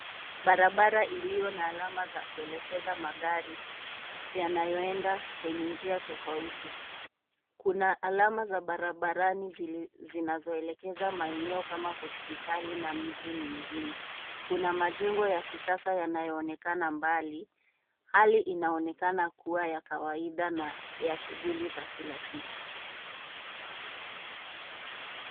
Barabara iliyo na alama za kuelekeza magari yanayoenda kwenye njia tofauti. Kuna alama za barabarani zinazo elekeza maeneo kama hospitali na miji mingine. Kuna majengo ya kisasa yanayo onekana mbali. Hali inaonekana kuwa ya kawaida na ya shughuli za kila siku.